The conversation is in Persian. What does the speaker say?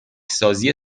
سازی